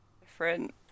different